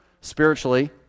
spiritually